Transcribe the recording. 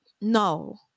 No